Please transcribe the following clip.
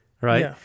Right